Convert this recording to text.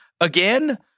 again